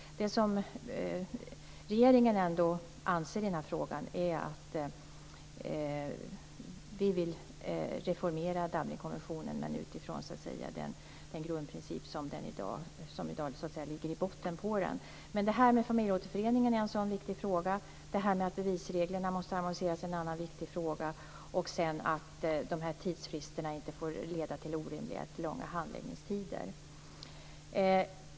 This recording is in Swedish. Det som regeringen ändå anser i den här frågan är att vi vill reformera Dublinkonventionen men utifrån den grundprincip som i dag ligger i botten. Det här med familjeåterförening är en sådan viktig fråga. Det här med att bevisreglerna måste annonseras är en annan viktig fråga, liksom att tidsfristerna inte får leda till orimligt långa handläggningstider.